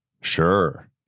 Sure